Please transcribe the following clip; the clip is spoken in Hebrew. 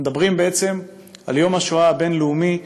אנחנו מדברים בעצם על יום השואה הבין-לאומי,